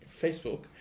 Facebook